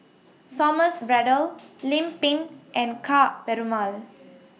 Thomas Braddell Lim Pin and Ka Perumal